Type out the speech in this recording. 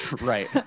right